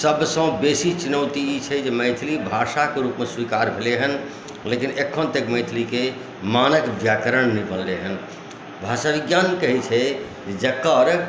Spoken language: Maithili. सबसँ बेसी चुनौती ई छै जे मैथिली भाषाके रूपमे स्वीकार भेलै हेँ लेकिन एखन तक मैथिलीके मानक व्याकरण नहि बनले हेँ भाषा विज्ञान कहै छै जकर